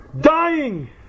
dying